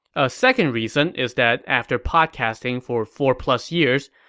a second reason is that after podcasting for four-plus years,